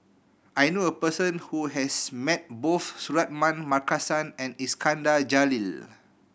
I knew a person who has met both Suratman Markasan and Iskandar Jalil